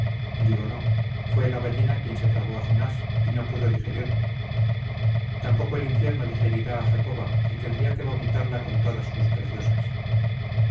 digo no fue la ballena quien se tragó a jonás y no pudo digerirlo tampoco el infierno digerirá a jacoba y tendría que vomitarla con todas sus preciosas